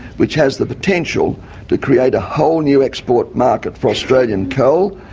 which has the potential to create a whole new export market for australian coal,